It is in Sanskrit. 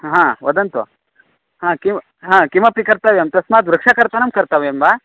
हा वदन्तु हा किं हा किमपि कर्तव्यं तस्मात् वृक्षकर्तनं कर्तव्यं वा